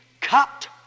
cut